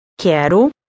Quero